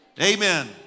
Amen